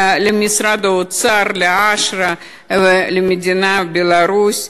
למשרד האוצר, ל"אשרא" ולמדינת בלרוס.